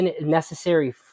necessary